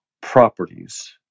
properties